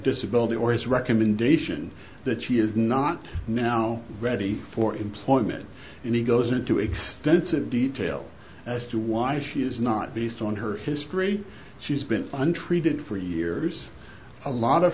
disability or its recommendation that she is not now ready for employment and he goes into extensive detail as to why she is not based on her history she's been under treatment for years a lot of